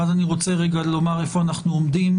ואז אני רוצה לומר איפה אנחנו עומדים